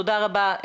תודה רבה.